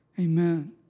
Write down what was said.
Amen